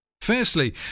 Firstly